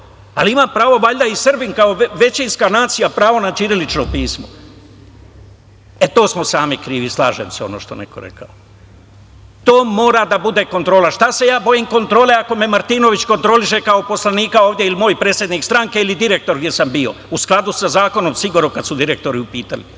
ali ima pravo valjda i Srbin kao većinska nacija, pravo na ćirilično pismo. To smo sami krivi, slažem se što je neko rekao. To mora da bude kontrola. Šta se ja bojim kontrole, ako me Martinović kontroliše kao poslanika ovde, ili moj predsednik stranke, ili direktor, gde sam bio, u skladu sa zakonom, sigurno, kada su direktori u pitanju,